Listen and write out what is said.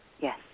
yes